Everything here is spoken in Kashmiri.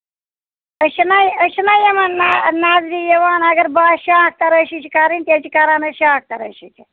أسۍ چھِناہ أسۍ چھِناہ یِمن نظ نَظرِ یِوان اَگر باسہِ شاخ تَرٛٲشی چھِ کَرٕنۍ تیٚلہِ چھِ کران أسۍ شاخ تَرٛٲشی تہِ